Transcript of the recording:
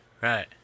Right